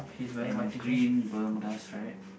and a green bermudas right